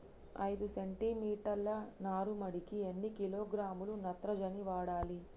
ఐదు సెంటి మీటర్ల నారుమడికి ఎన్ని కిలోగ్రాముల నత్రజని వాడాలి?